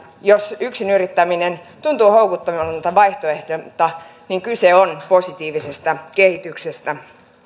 ja josta yksinyrittäminen tuntuu houkuttelevammalta vaihtoehdolta kyse on positiivisesta kehityksestä